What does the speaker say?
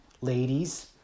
ladies